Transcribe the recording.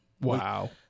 Wow